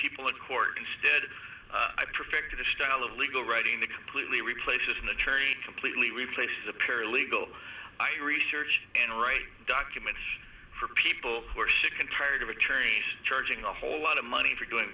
people in court instead i predicted a style of legal writing to completely replace an attorney completely replace the paralegal i researched and write a document for people who are sick and tired of attorneys charging a whole lot of money for doing